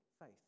faith